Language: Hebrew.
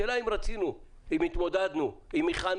השאלה אם רצינו, אם התמודדנו, אם הכנו.